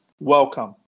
welcome